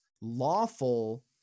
lawful